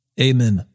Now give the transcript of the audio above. Amen